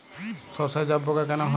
সর্ষায় জাবপোকা কেন হয়?